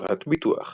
חברת ביטוח